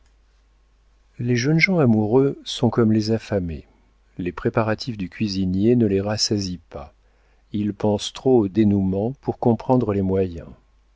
les jeunes gens amoureux sont comme les affamés les préparatifs du cuisinier ne les rassasient pas ils pensent trop au dénoûment pour comprendre les moyens